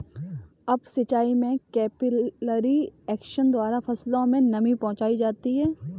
up सिचाई में capillary action द्वारा फसलों में नमी पहुंचाई जाती है